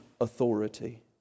authority